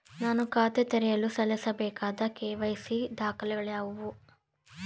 ನಾನು ಖಾತೆ ತೆರೆಯಲು ಸಲ್ಲಿಸಬೇಕಾದ ಕೆ.ವೈ.ಸಿ ದಾಖಲೆಗಳಾವವು?